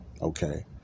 Okay